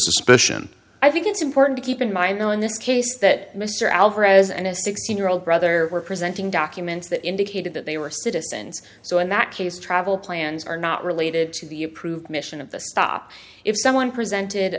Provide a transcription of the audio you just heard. suspicion i think it's important to keep in mind though in this case that mr alvarez and his sixteen year old brother were presenting documents that indicated that they were citizens so in that case travel plans are not related to the approved mission of the stop if someone presented